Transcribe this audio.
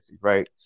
right